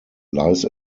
lies